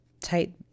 tight